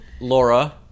Laura